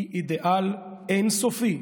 היא אידיאל אין-סופי",